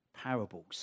parables